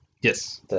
Yes